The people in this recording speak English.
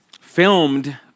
filmed